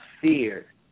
fear